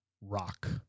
rock